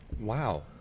Wow